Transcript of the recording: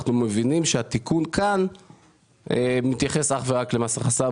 אנחנו מבינים שהתיקון כאן מתייחס אך ורק למס הכנסה,